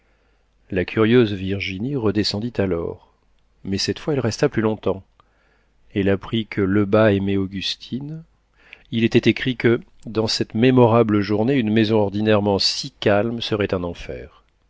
la curieuse virginie redescendit alors mais cette fois elle resta plus longtemps elle apprit que lebas aimait augustine il était écrit que dans cette mémorable journée une maison ordinairement si calme serait un enfer